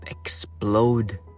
explode